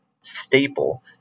staple